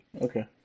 Okay